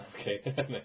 Okay